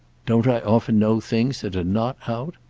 don't i often know things that are not out?